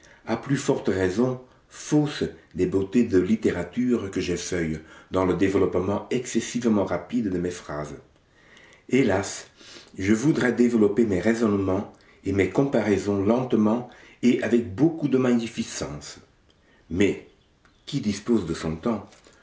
à plus forte raison fausse des beautés de littérature que j'effeuille dans le développement excessivement rapide de mes phrases hélas je voudrais développer mes raisonnements et mes comparaisons lentement et avec beaucoup de magnificence mais qui dispose de son temps